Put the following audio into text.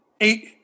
eight